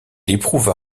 éprouva